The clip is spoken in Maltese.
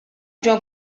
ġew